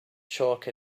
chalk